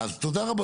אז תודה רבה.